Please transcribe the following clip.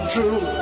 True